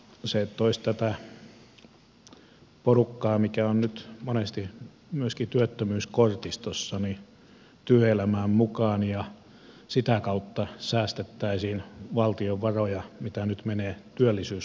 se toisi tätä porukkaa mikä on nyt monesti myöskin työttömyyskortistossa työelämään mukaan ja sitä kautta säästettäisiin valtion varoja mitä nyt menee työllisyyskuluihin